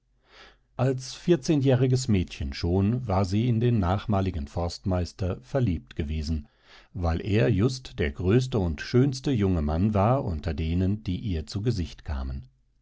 als vierzehnjähriges mädchen schon war sie in den nachmaligen forstmeister verliebt gewesen weil er just der größte und schönste junge mann war unter denen die ihr zu gesicht kamen